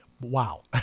Wow